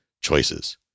choices